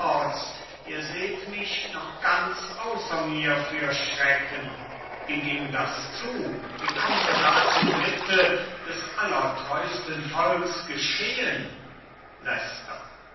ihr seht mich noch ganz außer mir für schrecken wie ging das zu wie konnte das in mitte des allertreusten volks geschehen